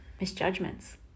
misjudgments